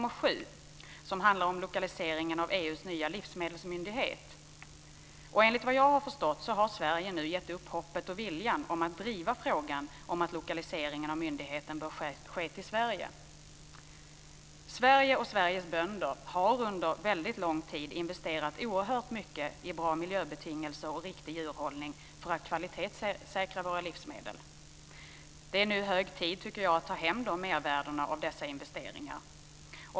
EU:s nya livsmedelsmyndighet. Enligt vad jag har förstått så har Sverige nu gett upp hoppet om och viljan att driva frågan att lokaliseringen av myndigheten bör ske till Sverige. Sverige och Sveriges bönder har under lång tid investerat oerhört mycket i bra miljöbetingelser och riktig djurhållning för att kvalitetssäkra våra livsmedel. Jag tycker att det nu är hög tid att ta hem mervärdena av dessa investeringar.